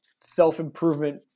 self-improvement